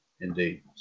indeed